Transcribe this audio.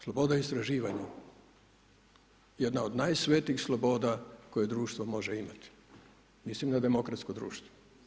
Sloboda istraživanja, jedna od najsvetijih sloboda koje društvo može imati, mislim na demokratsko društvo.